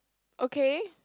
okay